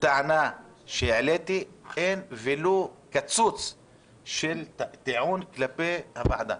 טענה שהעליתי אין ולו קמצוץ של טיעון כלפי הוועדה.